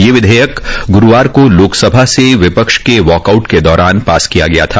ये विधेयक ग्रूवार को लोकसभा से विपक्ष के वाकआउट के दौरान पास किया गया था